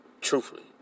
Truthfully